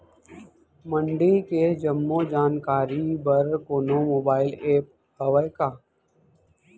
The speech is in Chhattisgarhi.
मंडी के जम्मो जानकारी बर कोनो मोबाइल ऐप्प हवय का?